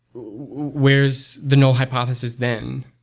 where's the null hypothesis then?